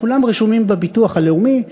וכולם רשומים בביטוח הלאומי,